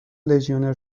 لژیونر